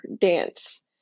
dance